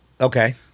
Okay